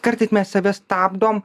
kartais mes save stabdom